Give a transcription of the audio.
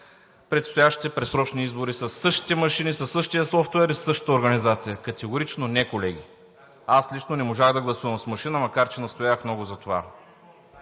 предстоящите предсрочни избори със същите машини, със същия софтуер и със същата организация? Категорично не, колеги. Лично аз не можах да гласувам с машина, макар че много настоявах